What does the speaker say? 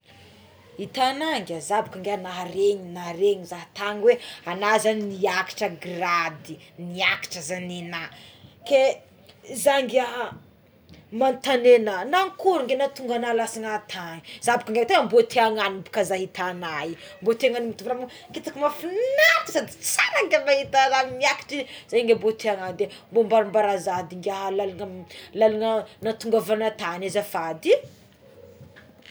Itagnao ngia za boka ngia nahareny nahareny zahy tagny oe ana zagny niakatra grady niakatra zagny ena ke za ngia manontagny ana mankory nge nahatonga agnao lasana tany za ko mbo te agnagno boka za itagnao io mbo tegna itako mafinaritra sady tsara nga mahita nahy za miakatry ze mbo tiagnagno tegna mbo ambarambarao za edy ngia lalagna nahatongavana tagny azafady é.